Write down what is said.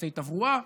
יועצי תברואה.